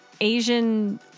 Asian